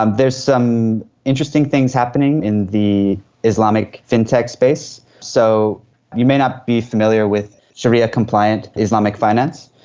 um there's some interesting things happening in the islamic fintech space. so you may not be familiar with sharia compliant islamic finance.